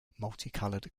multicolored